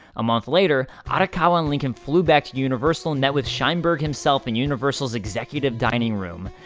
a month later, arakawa and lincoln flew back to universal and met with sheinberg himself in universal's executive dining room.